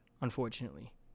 unfortunately